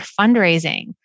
fundraising